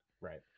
right